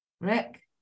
Rick